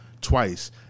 twice